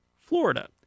Florida